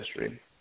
history